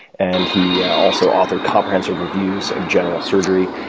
and he also authored comprehensive reviews of general surgery.